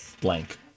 Blank